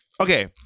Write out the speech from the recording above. okay